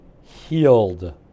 healed